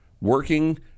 working